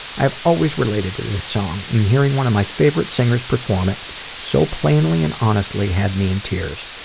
i have always related to this song. and hearing one of my favorite singers perform it so plainly and honestly had me in tears.